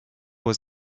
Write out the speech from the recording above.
was